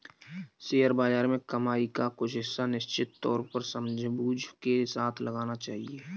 share बाज़ार में कमाई का कुछ हिस्सा निश्चित तौर पर समझबूझ के साथ लगाना चहिये